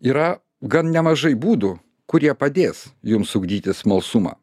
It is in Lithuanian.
yra gan nemažai būdų kurie padės jums ugdytis smalsumą